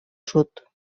sud